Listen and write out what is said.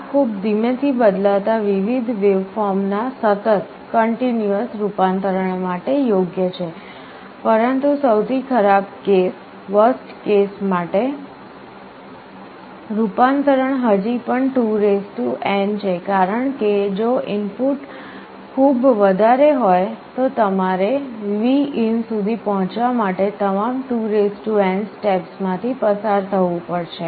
આ ખૂબ ધીમેથી બદલાતા વિવિધ વેવફોર્મના સતત રૂપાંતરણ માટે યોગ્ય છે પરંતુ સૌથી ખરાબ કેસ માટે રૂપાંતરણ હજી પણ 2n છે કારણ કે જો ઇનપુટ ખૂબ વધારે હોય તો તમારે Vin સુધી પહોંચવા માટે તમામ 2n સ્ટેપ્સ માંથી પસાર થવું પડશે